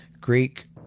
Greek